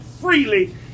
freely